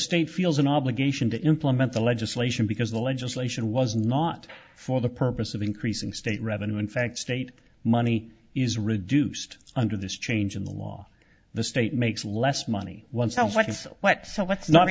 state feels an obligation to implement the legislation because the legislation was not for the purpose of increasing state revenue in fact state money is reduced under this change in the law the state makes less money one sounds like